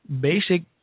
basic